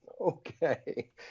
Okay